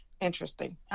interesting